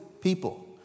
people